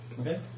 Okay